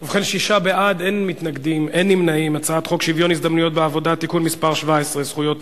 חוק שוויון ההזדמנויות בעבודה (תיקון מס' 17) (זכויות הורה),